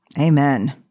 Amen